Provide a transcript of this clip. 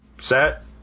set